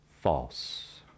False